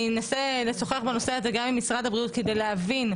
אני אנסה לשוחח בנושא הזה גם עם משרד הבריאות כדי להבין,